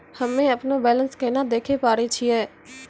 हम्मे अपनो बैलेंस केना देखे पारे छियै?